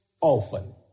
often